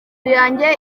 yanjye